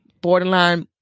borderline